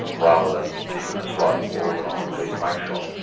rather than even a slightly more organised police mug shot.